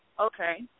Okay